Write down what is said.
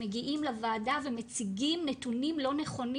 שמגיעים לוועדה ומציגים נתונים לא נכונים,